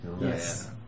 Yes